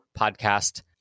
podcast